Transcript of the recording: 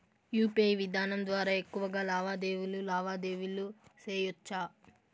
UPI విధానం ద్వారా ఎక్కువగా లావాదేవీలు లావాదేవీలు సేయొచ్చా?